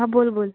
बोल बोल